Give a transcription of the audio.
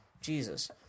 Jesus